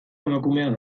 emakumea